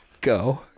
Go